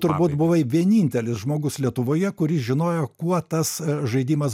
turbūt buvai vienintelis žmogus lietuvoje kuris žinojo kuo tas žaidimas